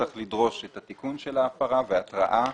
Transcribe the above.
את התיקון של ההפרה והתראה.